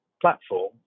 platform